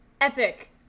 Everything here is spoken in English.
epic